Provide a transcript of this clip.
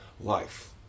life